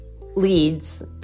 leads